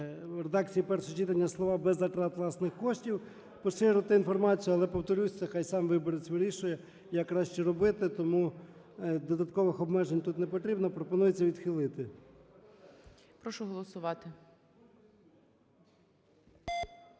редакції першого читання слова "без затрат власних коштів поширити інформацію". Але повторюсь, це хай сам виборець вирішує, як краще робити. Тому додаткових обмежень тут не потрібно. Пропонується відхилити.